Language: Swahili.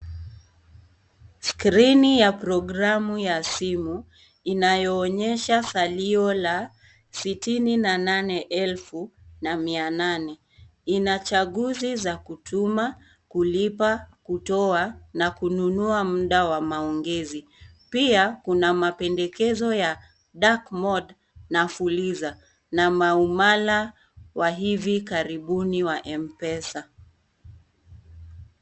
Skrini ya programu ya simu, inayo onyesha salio la sitini na nane elfu na mia nane. Ina chaguzi za kutuma, kulipa, kutoa, na kununua mda wa maongezi. Pia kuna mapendekezo ya dark mode na fuliza na maumala wa hivi karibuni wa Mpesa.